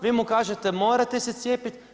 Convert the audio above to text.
Vi mu kažete morate se cijepiti.